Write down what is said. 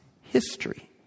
history